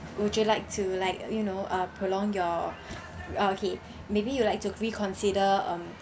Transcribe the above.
would you like to like you know uh prolong your uh okay maybe you'd like to reconsider um